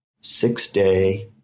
six-day